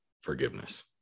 forgiveness